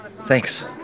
Thanks